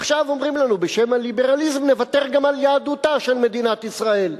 עכשיו אומרים לנו: בשם הליברליזם נוותר גם על יהדותה של מדינת ישראל.